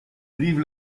brive